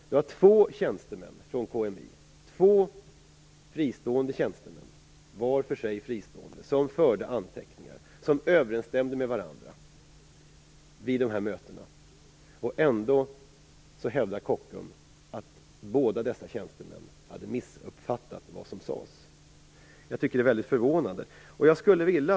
Det var vid de här mötena två tjänstemän från KMI, två var för sig fristående tjänstemän, som förde anteckningar som överensstämde med varandra, och ändå hävdar Kockums att båda dessa tjänstemän hade missuppfattat vad som sades. Jag tycker att det är väldigt förvånande.